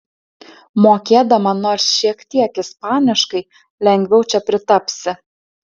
mokėdama nors šiek tiek ispaniškai lengviau čia pritapsi